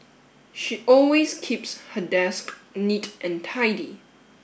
she always keeps her desk neat and tidy